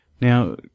Now